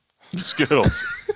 Skittles